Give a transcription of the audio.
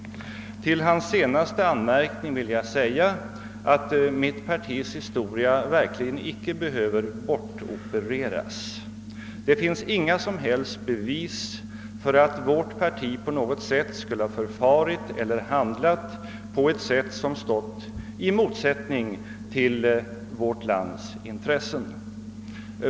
Till bemötande av herr Johanssons i Trollhättan senaste anmärkning vill jag säga att mitt partis historia verkligen inte behöver bortopereras. Det finns inga som helst bevis för att vårt parti på något sätt skulle ha handlat i strid med vårt lands intressen.